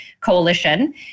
coalition